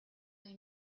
they